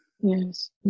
yes